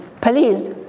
Please